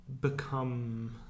become